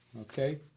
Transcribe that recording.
okay